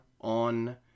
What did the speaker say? on